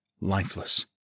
lifeless